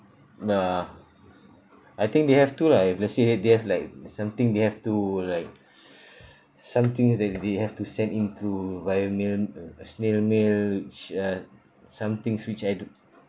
uh I think they have to lah if let's say they have like something they have to like something's that they have to send into via mail uh a snail mail ch~ uh something's which I do